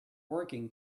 working